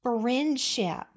friendship